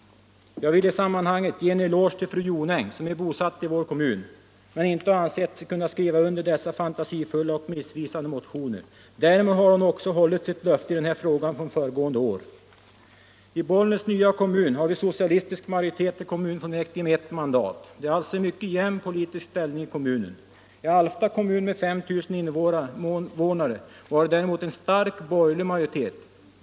Jag vill i sammanhanget ge en eloge till fru Jonäng, som är bosatt i vår kommun, men inte har ansett sig kunna skriva under dessa fantasifulla och missvisande motioner. Därmed har hon också hållit sitt löfte från föregående år i den här frågan. I Bollnäs nya kommun har vi i kommunfullmäktige socialistisk majoritet med ett mandat. Det är alltså en mycket jämn politisk ställning i kommunen. I Alfta kommun, med 5 000 invånare, var det däremot en stark borgerlig majoritet.